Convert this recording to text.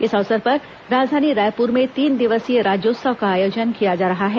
इस अवसर पर राजधानी रायपुर में तीन दिवसीय राज्योत्सव का आयोजन किया जा रहा है